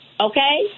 okay